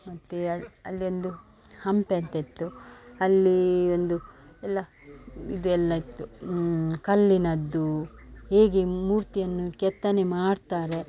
ಮತ್ತು ಅಲ್ಲಿ ಒಂದು ಹಂಪೆ ಅಂತ ಇತ್ತು ಅಲ್ಲಿ ಒಂದು ಎಲ್ಲ ಇದೆಲ್ಲ ಇತ್ತು ಕಲ್ಲಿನದ್ದು ಹೇಗೆ ಮೂರ್ತಿಯನ್ನು ಕೆತ್ತನೆ ಮಾಡ್ತಾರೆ